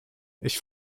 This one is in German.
ich